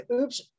oops